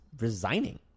resigning